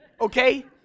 okay